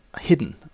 hidden